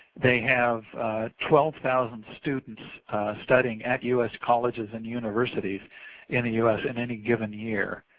they have twelve thousand students studying at u s. colleges and universities in the u s. in any given year.